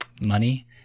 money